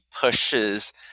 pushes